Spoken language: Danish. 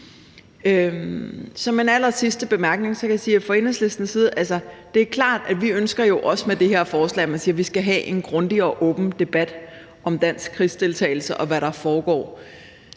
Som min allersidste bemærkning kan jeg sige, at det er klart, at vi fra Enhedslistens side jo også med det her forslag ønsker, at man siger, at vi skal have en grundig og åben debat om dansk krigsdeltagelse, og hvad der foregår.